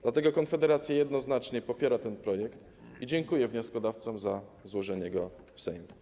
Dlatego Konfederacja jednoznacznie popiera ten projekt i dziękuję wnioskodawcom za złożenie go w Sejmie.